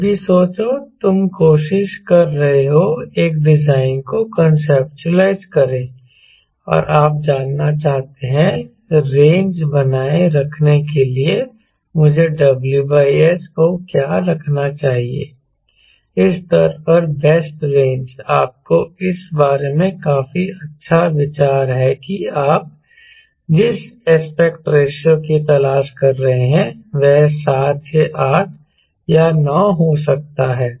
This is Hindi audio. यह भी सोचो तुम कोशिश कर रहे हो एक डिजाइन को कोंसेप्टूलाइज़ करें और आप जानना चाहते हैं रेंज बनाए रखने के लिए मुझे WS को क्या रखना चाहिए इस स्तर पर बेस्ट रेंज आपको इस बारे में काफी अच्छा विचार है कि आप जिस एस्पेक्ट रेशों की तलाश कर रहे हैं वह 7 से 8 या 9 हो सकता है